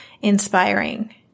inspiring